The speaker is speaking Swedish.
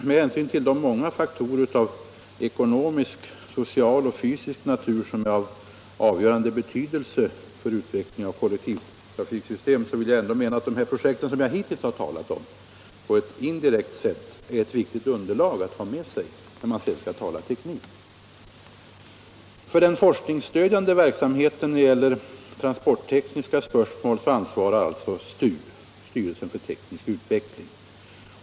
Med hänsyn till de många faktorer av ekonomisk, social och fysisk natur som är av avgörande betydelse för utvecklingen av kollektivtrafiksystem anser jag emellertid att de projekt jag hittills talat om indirekt kan ge ett underlag för en diskussion om tekniken. För den forskningsstödjande verksamheten när det gäller transporttekniska spörsmål ansvarar styrelsen för teknisk utveckling.